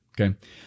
Okay